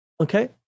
okay